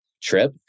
trip